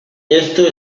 esto